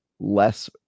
less